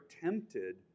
tempted